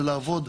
זה לעבוד,